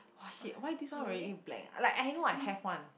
oh shit why this one really blank like I have no I have one